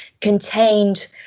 contained